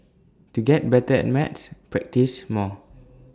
to get better at maths practise more